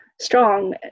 strong